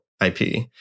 IP